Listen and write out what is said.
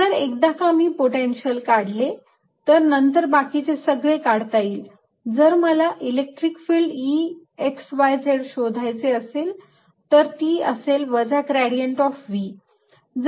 जर एकदा का मी पोटेन्शियल काढले तर नंतर बाकीचे सगळे काढता येईल जर मला electric field Ex y z शोधायचे असतील तर ती असेल वजा ग्रेडियंट ऑफ V